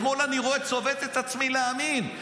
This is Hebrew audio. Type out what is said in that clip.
אתמול אני רואה, צובט את עצמי להאמין.